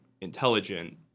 intelligent